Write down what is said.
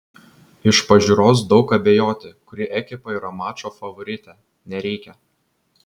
iš pažiūros daug abejoti kuri ekipa yra mačo favoritė nereikia